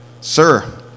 Sir